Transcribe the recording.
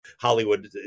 Hollywood